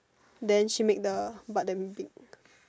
then she make the but damn big